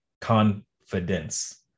confidence